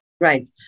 Right